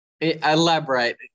elaborate